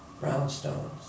brownstones